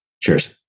Cheers